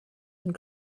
and